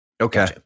Okay